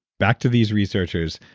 back to these researchers.